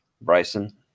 Bryson